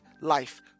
life